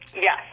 Yes